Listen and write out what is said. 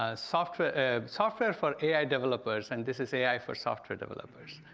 ah software ah software for ai developers, and this is ai for software developers.